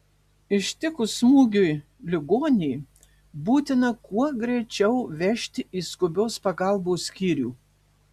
ištikus smūgiui ligonį būtina kuo greičiau vežti į skubios pagalbos skyrių